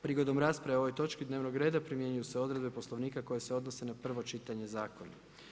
Prigodom rasprave o ovoj točki dnevnog reda primjenjuju se odredbe Poslovnika koje se odnose na prvo čitanje zakona.